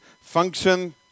function